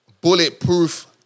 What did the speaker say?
bulletproof